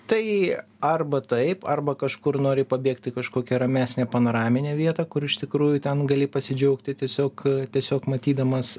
tai arba taip arba kažkur nori pabėgt į kažkokią ramesnę panoraminę vietą kur iš tikrųjų ten gali pasidžiaugti tiesiog tiesiog matydamas